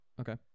Okay